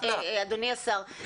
אדוני השר,